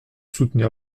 soutenir